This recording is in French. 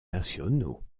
nationaux